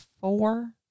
four